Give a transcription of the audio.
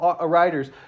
writers